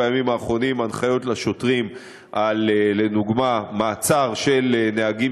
בימים האחרונים פורסמו הנחיות לשוטרים על מעצר של נהגים